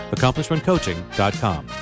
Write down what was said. AccomplishmentCoaching.com